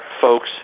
folks